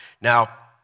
Now